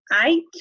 eight